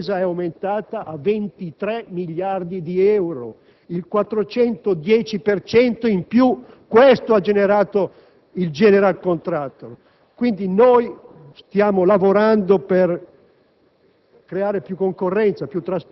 Nel 2003, la spesa è aumentata a 23 miliardi di euro: il 410 per cento in più. Questo ha generato il *general contractor*; quindi, noi stiamo lavorando per